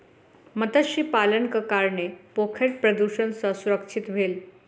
मत्स्य पालनक कारणेँ पोखैर प्रदुषण सॅ सुरक्षित भेल